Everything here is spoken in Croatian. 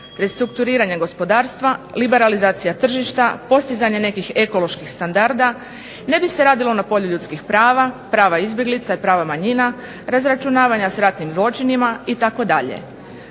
restrukturiranje gospodarstva, liberalizacija tržišta, postizanje nekih ekoloških standarda, ne bi se radilo na polju ljudskih prava, prava izbjeglica i prava manjina, razračunavanja sa ratnim zločinima itd.